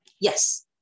Yes